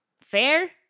fair